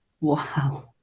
wow